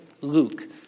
Luke